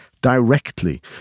directly